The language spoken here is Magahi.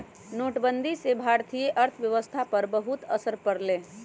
नोटबंदी से भारतीय अर्थव्यवस्था पर बहुत असर पड़ लय